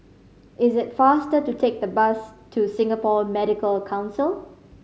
is it faster to take the bus to Singapore Medical Council